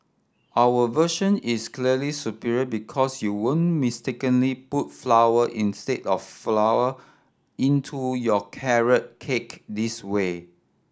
our version is clearly superior because you won't mistakenly put flower instead of flour into your carrot cake this way